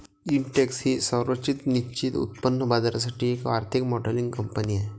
Intex ही संरचित निश्चित उत्पन्न बाजारासाठी एक आर्थिक मॉडेलिंग कंपनी आहे